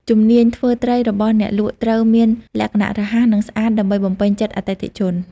ជំនាញធ្វើត្រីរបស់អ្នកលក់ត្រូវមានលក្ខណៈរហ័សនិងស្អាតដើម្បីបំពេញចិត្តអតិថិជន។